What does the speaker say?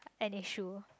an issue